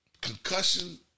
Concussion